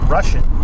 Russian